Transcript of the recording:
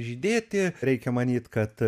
žydėti reikia manyt kad